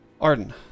Arden